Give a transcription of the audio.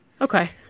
Okay